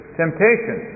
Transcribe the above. temptation